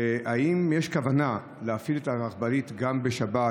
האם יש כוונה להפעיל את הרכבלית גם בשבת,